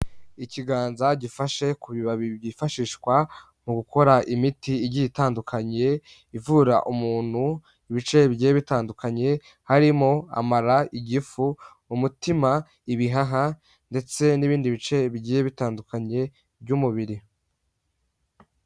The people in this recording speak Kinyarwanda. Ikiiganza gifashe ku bibabi byifashishwa mu gukora imiti igiye itandukanye ivura umuntu ibice bigiye bitandukanye harimo amara, igifu, umutima, ibihaha, ndetse n'ibindi bice bigiye bitandukanye by'umubiri.